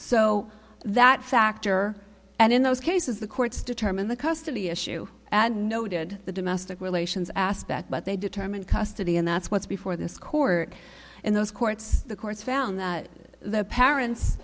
so that factor and in those cases the courts determine the custody issue and noted the domestic relations aspect but they determine custody and that's what's before this court in those courts the courts found that the parents